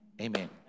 Amen